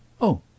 Oh